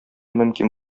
мөмкин